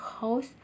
house